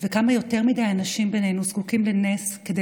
וכמה יותר מדי אנשים בינינו זקוקים לנס כדי